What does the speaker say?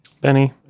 Benny